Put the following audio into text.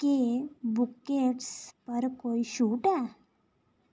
केह् बुकें च पर कोई छुट ऐ